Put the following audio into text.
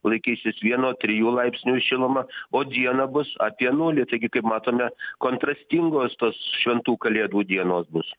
laikysis vieno trijų laipsnių šiluma o dieną bus apie nulį taigi kaip matome kontrastingos tos šventų kalėdų dienos bus